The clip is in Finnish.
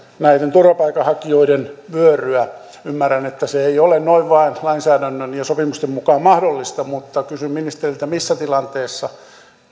turvapaikanhakijoiden vyöryä ymmärrän että se ei ole noin vain lainsäädännön ja sopimusten mukaan mahdollista mutta kysyn ministeriltä missä tilanteessa